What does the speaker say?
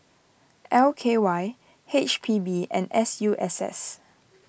L K Y H P B and S U S S